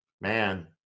Man